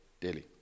daily